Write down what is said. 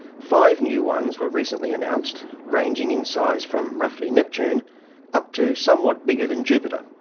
five new ones were recently announced, ranging in size from roughly neptune up to somewhat bigger than jupiter.